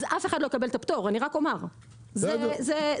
אז אף אחד לא יקבל את הפטור, זו עובדה.